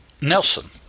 Nelson